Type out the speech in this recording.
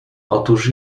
otóż